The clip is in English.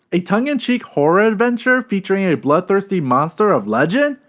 a tongue-in-check horror adventure featuring a bloodthirsty monster of legend?